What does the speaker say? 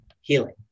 healing